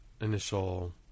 initial